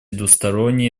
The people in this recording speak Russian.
двусторонние